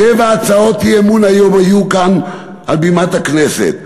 שבע הצעות אי-אמון היו היום כאן על בימת הכנסת,